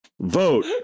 Vote